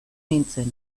nintzen